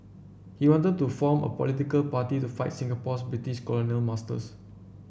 he wanted to form a political party to fight Singapore's British colonial masters